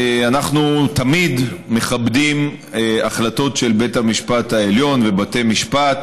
אנחנו תמיד מכבדים החלטות של בית המשפט העליון ובתי המשפט,